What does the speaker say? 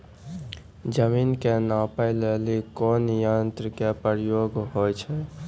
जमीन के नापै लेली कोन यंत्र के उपयोग होय छै?